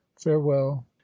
farewell